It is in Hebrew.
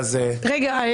רגע.